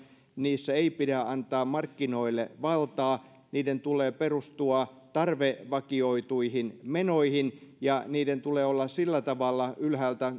niissä ei pidä antaa markkinoille valtaa niiden tulee perustua tarvevakioituihin menoihin ja niiden tulee olla sillä tavalla ylhäältä